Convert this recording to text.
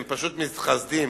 הם פשוט מתחסדים,